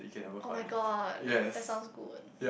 oh-my-god that sounds good